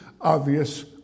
obvious